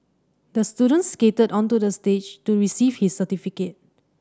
the student skated onto the stage to receive his certificate